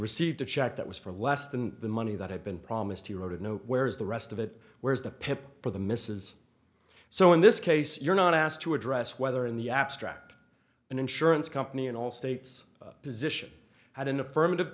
received a check that was for less than the money that had been promised he wrote it no where's the rest of it where's the pip for the mrs so in this case you're not asked to address whether in the abstract an insurance company in all states position had an affirmative